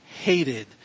hated